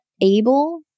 able